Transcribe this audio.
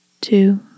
two